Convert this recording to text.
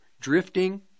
drifting